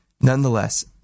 nonetheless